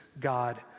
God